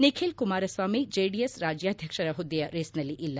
Nikhil Kumaraswamy JDS ರಾಜ್ಯಾಧ್ವಕ್ಷರ ಹುದ್ದೆಯ ರೇಸ್ನಲ್ಲಿ ಇಲ್ಲ